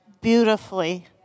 beautifully